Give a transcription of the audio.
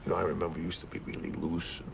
i remember you used to be really loose